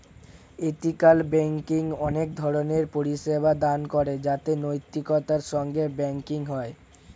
ethical banking অনেক ধরণের পরিষেবা দান করে যাতে নৈতিকতার সঙ্গে ব্যাঙ্কিং হয়